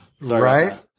Right